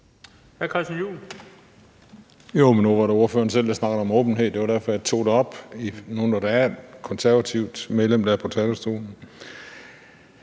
nu var det ordføreren selv, der snakkede om åbenhed. Det var derfor, jeg tog det op nu, når der er et konservativt medlem, der er på talerstolen.